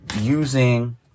using